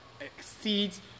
exceeds